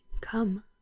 Come